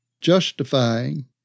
justifying